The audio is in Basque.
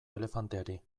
elefanteari